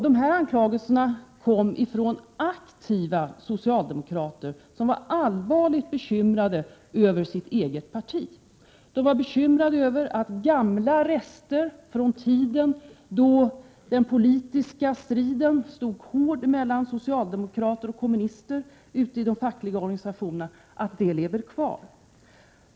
De här anklagelserna kom från aktiva socialdemokrater, som var allvarligt bekymrade över sitt eget parti. De var bekymrade över att gamla rester från den tid då den politiska striden stod hård mellan socialdemokrater och kommunister ute i de fackliga organisationerna lever kvar.